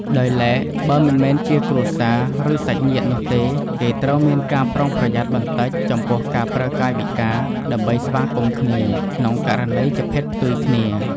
ដោយឡែក បើមិនមែនជាគ្រួសារ ឬ សាច់ញាតិនោះទេ គេត្រូវមានការប្រុងប្រយ័ត្នបន្តិចចំពោះការប្រើកាយវិការ ដើម្បីស្វាគមន៌គ្នា ក្នុងករណីជាភេទផ្ទុយគ្នា។